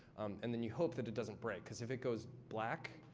and then, you hope that it doesn't break, because if it goes black,